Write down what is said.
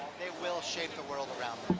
they will shape the world around